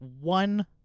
one